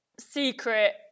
secret